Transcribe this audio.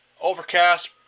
Overcast